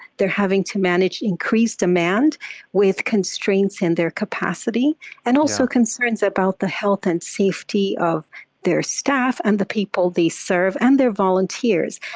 they're having to manage increased demand with constraints in their capacity and also concerns about the health and safety of their staff and the people they serve and their volunteers.